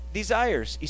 desires